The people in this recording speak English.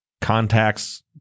contacts